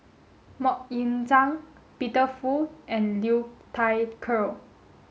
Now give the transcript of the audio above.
Mok Ying Jang Peter Fu and Liu Thai Ker